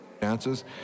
chances